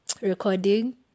recording